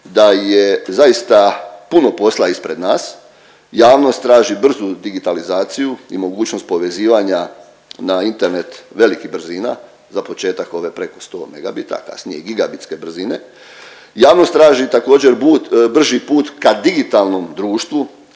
da je zaista puno posla ispred nas. Javnost traži brzu digitalizaciju i mogućnost povezivanja na internet velikih brzina za početak ove preko 100 megabita, a kasnije i gigabitske brzine. Javnost traži također brži put ka digitalnom društvu,